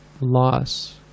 loss